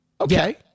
Okay